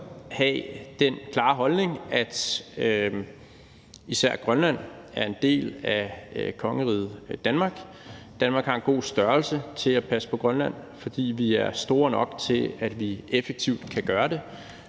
bør have den klare holdning, at især Grønland er en del af kongeriget Danmark. Danmark har en god størrelse til at passe på Grønland, fordi vi er store nok til effektivt at kunne gøre det,